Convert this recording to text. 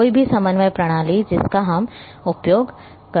कोई भी समन्वय प्रणाली जिसका हम उपयोग कर सकते हैं